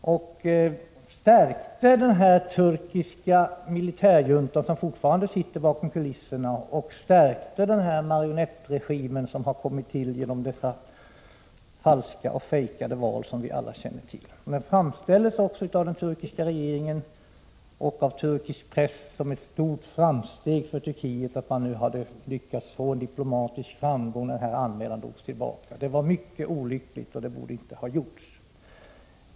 Det stärkte den turkiska militärjuntan, som fortfarande finns bakom kulisserna, och den marionettregim som tillkom genom de fingerade val som vi alla känner till. Av den turkiska regeringen och av 63 turkisk press framställdes det också som ett stort framsteg och en diplomatisk framgång för Turkiet att anmälan dragits tillbaka. Det var mycket olyckligt, och det borde inte ha skett.